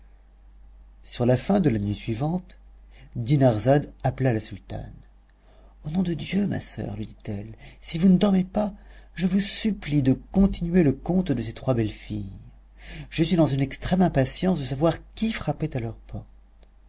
sur la fin de la nuit suivante dinarzade appela la sultane au nom de dieu ma soeur lui dit-elle si vous ne dormez pas je vous supplie de continuer le conte de ces trois belles filles je suis dans une extrême impatience de savoir qui frappait à leur porte